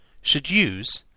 should use,